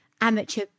amateur